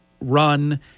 run